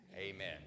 amen